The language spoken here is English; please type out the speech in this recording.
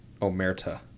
Omerta